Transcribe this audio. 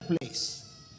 place